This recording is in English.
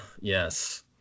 Yes